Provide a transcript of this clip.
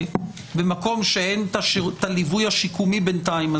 במקום שאין את הליווי השיקומי בינתיים,